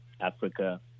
Africa